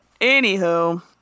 Anywho